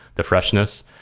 the freshness.